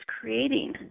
creating